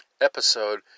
episode